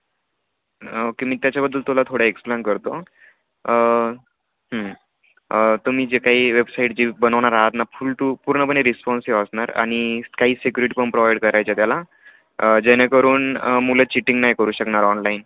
okay मी त्याच्याबद्दल तुला थोडं एक्सप्लेन करतो तुम्ही जे काही वेबसाईट जे बनवणार आहात ना फुल टू पूर्णपणे रिस्पॉन्सिव्ह असणार आणि काही सिक्युरिटी पण प्रोवइड करायचे त्याला जेणेकरून मुलं चिटिंग नाही करू शकणार ऑनलाईन